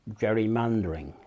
gerrymandering